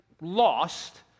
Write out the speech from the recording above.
lost